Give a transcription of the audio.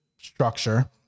structure